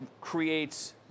creates